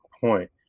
point